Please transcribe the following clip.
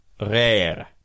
rare